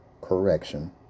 correction